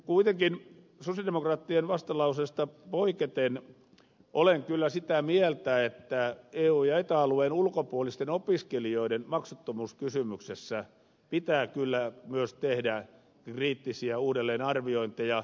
kuitenkin sosialidemokraattien vastalauseesta poiketen olen kyllä sitä mieltä että eu ja eta alueen ulkopuolisten opiskelijoiden maksuttomuuskysymyksessä pitää kyllä myös tehdä kriittisiä uudelleenarviointeja